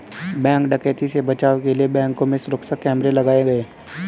bank डकैती से बचाव के लिए बैंकों में सुरक्षा कैमरे लगाये गये